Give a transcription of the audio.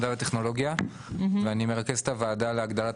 מדע וטכנולוגיה ואני מרכז את הוועדה להגדלת